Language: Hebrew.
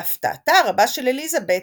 להפתעתה הרבה של אליזבת,